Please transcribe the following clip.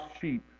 sheep